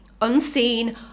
unseen